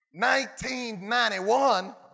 1991